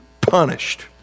punished